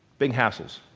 big hassles.